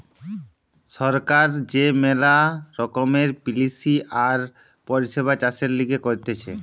সরকার যে মেলা রকমের পলিসি আর পরিষেবা চাষের লিগে করতিছে